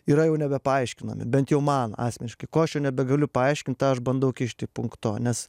yra jau nebepaaiškinami bent jau man asmeniškai ko aš jau nebegaliu paaiškint tą aš bandau kišti punkto nes